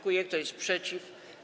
Kto jest przeciw?